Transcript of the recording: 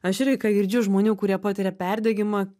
aš irgi ką girdžiu žmonių kurie patiria perdegimą